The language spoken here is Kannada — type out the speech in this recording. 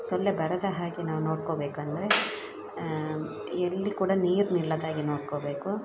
ಸೊಳ್ಳೆ ಬರದ ಹಾಗೆ ನಾವು ನೋಡ್ಕೋಬೇಕಂದರೆ ಎಲ್ಲಿ ಕೂಡ ನೀರು ನಿಲ್ಲದಾಗೆ ನೋಡ್ಕೋಬೇಕು